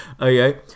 okay